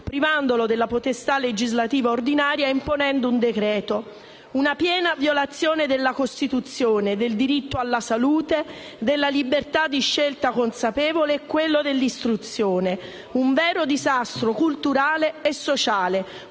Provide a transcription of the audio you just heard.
privandolo della potestà legislativa ordinaria e imponendo un decreto-legge: una piena violazione della Costituzione, del diritto alla salute, della libertà di scelta consapevole e quello all'istruzione; un vero disastro culturale e sociale,